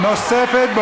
אסור לך לדפוק על